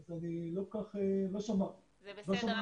זה בסדר,